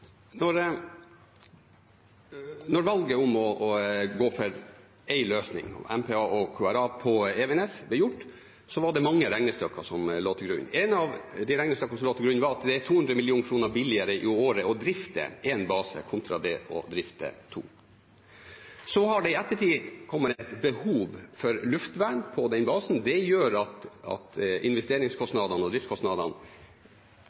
valget om å gå for én løsning med MPA og QRA på Evenes ble gjort, var det mange regnestykker som lå til grunn. Ett av disse regnestykkene var at det er 200 mill. kr billigere i året å drifte én base kontra å drifte to baser. I ettertid har det kommet et behov for luftvern på den basen. Det gjør at investeringskostnadene